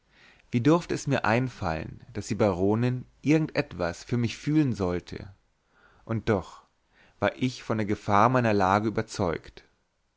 wie durfte es mir einfallen daß die baronin irgend etwas für mich fühlen sollte und doch war ich von der gefahr meiner lage überzeugt